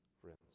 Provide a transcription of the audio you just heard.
friends